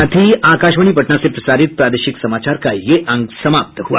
इसके साथ ही आकाशवाणी पटना से प्रसारित प्रादेशिक समाचार का ये अंक समाप्त हुआ